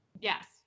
yes